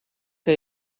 que